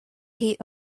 heat